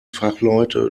fachleute